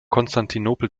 konstantinopel